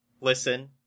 listen